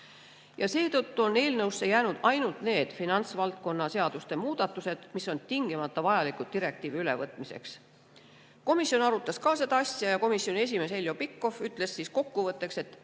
Ja seetõttu on eelnõusse jäänud ainult need finantsvaldkonna seaduste muudatused, mis on tingimata vajalikud direktiivi ülevõtmiseks. Komisjon arutas samuti seda asja ja komisjoni esimees Heljo Pikhof ütles kokkuvõtteks, et